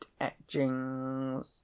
etchings